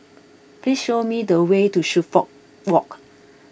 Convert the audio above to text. please show me the way to Suffolk Walk